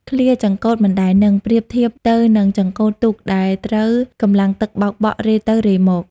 ឃ្លា «ចង្កូតមិនដែលនឹង» ប្រៀបធៀបទៅនឹងចង្កូតទូកដែលត្រូវកម្លាំងទឹកបោកបក់រេទៅរេមក។